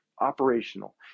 operational